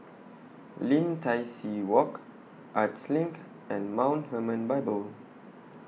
Lim Tai See Walk Arts LINK and Mount Hermon Bible